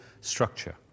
structure